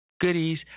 goodies